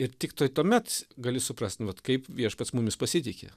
ir tiktai tuomet gali suprast nu vat kaip viešpats mumis pasitiki